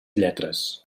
lletres